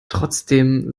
trotzdem